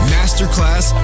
Masterclass